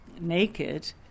naked